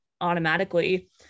automatically